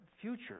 future